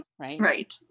Right